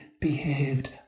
behaved